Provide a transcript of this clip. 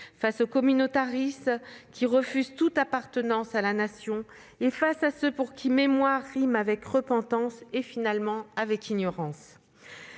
face aux communautaristes qui refusent toute appartenance à la Nation et face à ceux pour qui mémoire rime avec repentance et, finalement, avec ignorance.